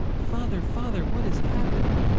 father, father, what has happened?